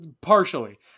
Partially